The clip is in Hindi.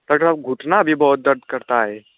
डौकटर साहब घुठना भी बहुत दर्द करता है